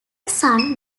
son